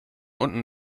unten